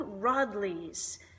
Rodleys